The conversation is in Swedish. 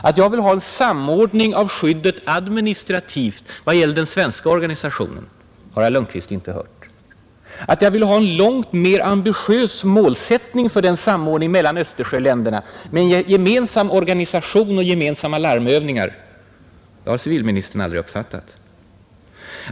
Att jag vill ha en samordning av skyddet administrativt vad gäller den svenska organisationen har herr Lundkvist inte hört. Att jag vill ha en långt mer ambitiös målsättning för samordningen mellan Östersjöländerna med t.ex. gemensamma larmövningar har civilministern aldrig uppfattat.